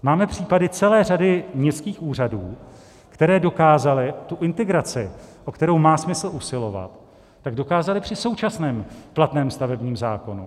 Máme případy celé řady městských úřadů, které dokázaly tu integraci, o kterou má smysl usilovat, dokázaly při současném platném stavebním zákoně.